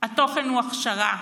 התוכן הוא הכשרה,